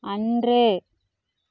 அன்று